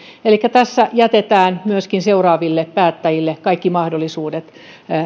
elikkä tässä jätetään myöskin seuraaville päättäjille kaikki mahdollisuudet